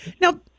now